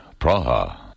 Praha